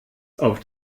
auf